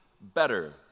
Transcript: better